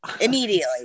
immediately